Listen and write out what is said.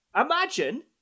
Imagine